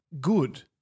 good